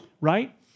Right